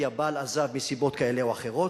כי הבעל עזב מסיבות כאלה או אחרות,